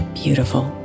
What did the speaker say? beautiful